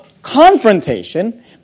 Confrontation